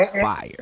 fire